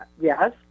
yes